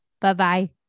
Bye-bye